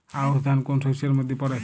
আউশ ধান কোন শস্যের মধ্যে পড়ে?